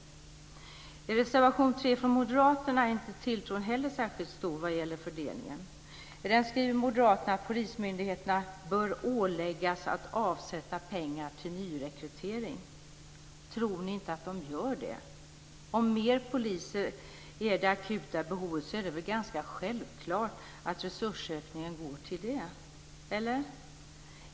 I reservation 3 från moderaterna är tilltron inte heller särskilt stor vad gäller fördelningen. I den skriver moderaterna att polismyndigheterna bör åläggas att avsätta pengar till nyrekrytering. Tror ni inte att de gör det? Om mer poliser är det akuta behovet är det väl ganska självklart att resursökningen går till det?